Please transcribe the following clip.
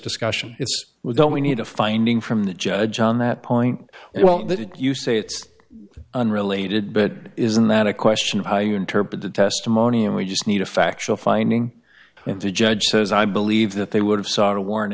discussion is we don't we need a finding from the judge on that point well that if you say it's unrelated but isn't that a question of how you interpret the testimony and we just need a factual finding if the judge says i believe that they would have sought a warrant